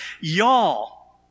y'all